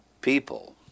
people